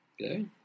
Okay